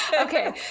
Okay